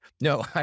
No